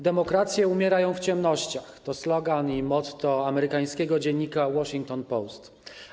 Demokracje umierają w ciemnościach - to slogan i motto amerykańskiego dziennika „The Washington Post”